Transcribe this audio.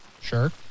sure